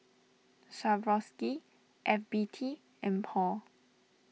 Swarovski F B T and Paul